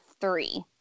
three